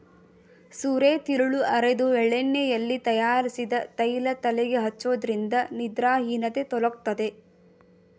ಸೋರೆತಿರುಳು ಅರೆದು ಎಳ್ಳೆಣ್ಣೆಯಲ್ಲಿ ತಯಾರಿಸಿದ ತೈಲ ತಲೆಗೆ ಹಚ್ಚೋದ್ರಿಂದ ನಿದ್ರಾಹೀನತೆ ತೊಲಗ್ತದೆ